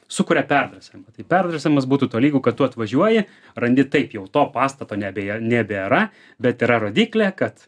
sukuria peradresavimą tai peradresavimas būtų tolygu kad tu atvažiuoji randi taip jau to pastato nebe nebėra bet yra rodyklė kad